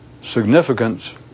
significance